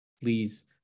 Please